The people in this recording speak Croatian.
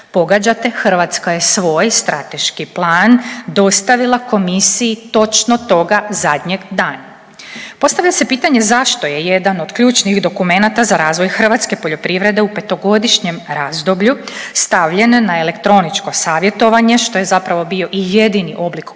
Pogađate, Hrvatska je svoj strateški plan dostavila Komisiji točno toga zadnjeg dana. Postavlja se pitanje, zašto je jedan od ključnih dokumenata za razvoj hrvatske poljoprivrede u petogodišnjem razdoblju stavljen na elektroničko savjetovanje što je zapravo bio i jedini oblik komunikacije